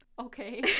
Okay